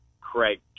Craig